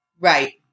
Right